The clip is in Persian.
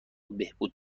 بهبود